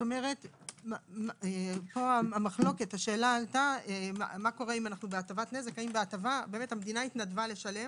כלומר פה השאלה היתה מה קורה האם בהטבה - המדינה התנדבה לשלם,